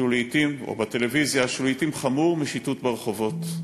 או בטלוויזיה, שהוא לעתים חמור משיטוט ברחובות.